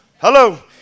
Hello